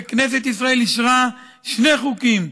וכנסת ישראל אישרה שני חוקים: